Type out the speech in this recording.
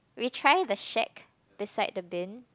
we try the shack beside the bin